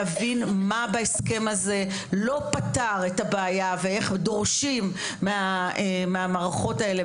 להבין מה בהסכם הזה לא פתר את הבעיה ואיך דורשים מהמערכות האלה,